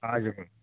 हजुर